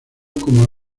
como